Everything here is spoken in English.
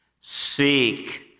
seek